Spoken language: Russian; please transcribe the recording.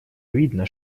видно